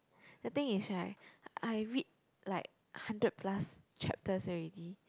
the thing is right I read like hundred plus chapters already